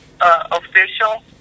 official